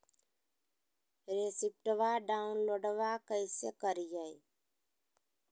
रेसिप्टबा डाउनलोडबा कैसे करिए?